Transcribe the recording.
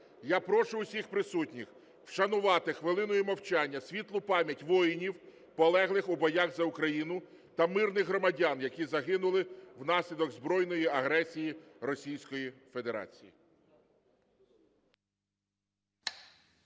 Я прошу всіх присутніх вшанувати хвилиною мовчання світлу пам'ять воїнів, полеглих у боях за Україну, та мирних громадян, які загинули внаслідок збройної агресії Російської Федерації.